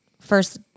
first